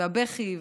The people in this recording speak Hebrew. והבכי,